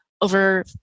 over